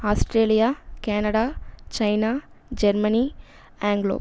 Australia Canada China Germany anglo